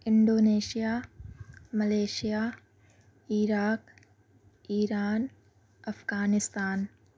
Indonesia Malaysia Iraq Iran Afghanistan